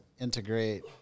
integrate